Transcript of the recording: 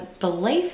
belief